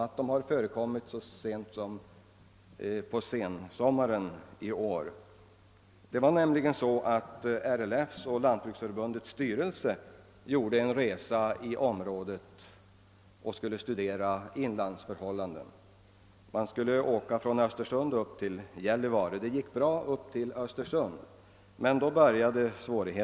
Så nyligen som på sensommaren i år gjorde RLF och Lantbruksförbundets styrelse en resa i området för att studera inlandsförhållandena. Man skulle åka från Östersund till Gällivare.